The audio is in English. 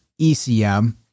ECM